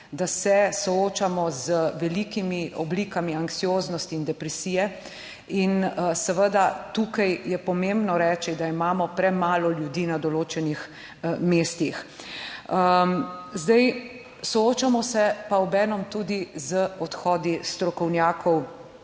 da se soočamo z veliko oblikami anksioznosti in depresije. Tukaj je pomembno reči, da imamo premalo ljudi na določenih mestih. Soočamo se pa obenem tudi z odhodi strokovnjakov